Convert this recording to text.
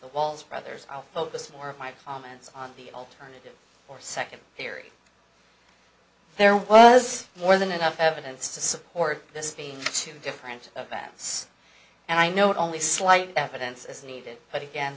the walls brothers i'll focus more of my comments on the alternative or second theory there was more than enough evidence to support this being two different events and i know only slight evidence is needed but again